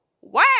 Wow